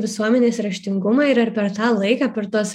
visuomenės raštingumą ir ar per tą laiką per tuos